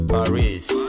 Paris